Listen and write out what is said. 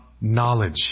knowledge